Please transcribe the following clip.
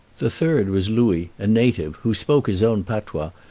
the third was louis, a native, who spoke his own patois,